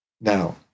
Now